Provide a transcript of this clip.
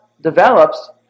develops